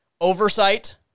oversight